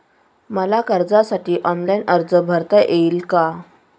मला कर्जासाठी ऑनलाइन अर्ज भरता येईल का?